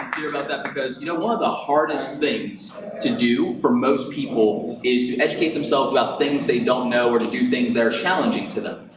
about that because you know one of the hardest things to do for most people is to educate themselves about things they don't know or to do things that are challenging to them.